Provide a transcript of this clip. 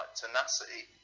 tenacity